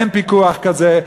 אין פיקוח כזה,